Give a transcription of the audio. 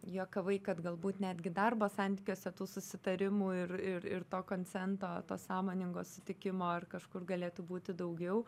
juokavai kad galbūt netgi darbo santykiuose tų susitarimų ir ir ir to koncento to sąmoningo sutikimo ir kažkur galėtų būti daugiau